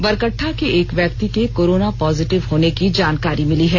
बरकट्टा के एक व्यक्ति के कोरोना पाजिटिव होने की जानकारी मिली है